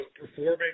performing